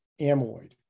amyloid